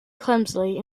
clumsily